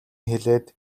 хэлээд